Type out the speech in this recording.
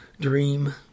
dream